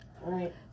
Right